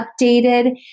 updated